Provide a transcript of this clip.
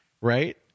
Right